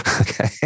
okay